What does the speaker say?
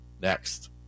next